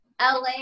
LA